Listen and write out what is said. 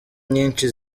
nyinshi